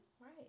Right